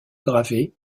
gravé